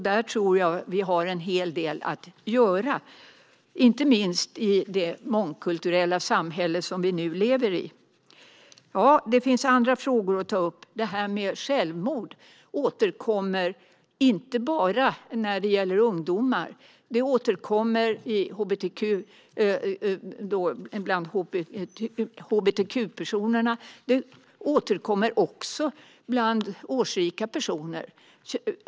Där tror jag att vi har en hel del att göra, inte minst i det mångkulturella samhälle vi nu lever i. Det finns andra frågor att ta upp. Frågan om självmord återkommer inte bara när det gäller ungdomar, utan även bland hbtq-personer och årsrika personer.